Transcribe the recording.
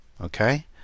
Okay